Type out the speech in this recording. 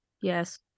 Yes